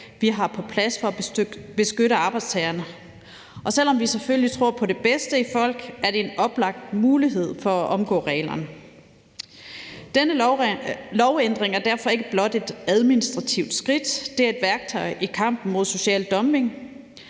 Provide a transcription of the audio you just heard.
vi har på plads for at beskytte arbejdstagerne, og selv om vi selvfølgelig tror på det bedste i folk, er det en oplagt mulighed for at omgå reglerne. Denne lovændring er derfor ikke blot et administrativt skridt, men det er også et værktøj i kampen mod social dumping.